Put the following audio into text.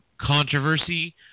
controversy